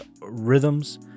rhythms